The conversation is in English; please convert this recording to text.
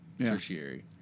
tertiary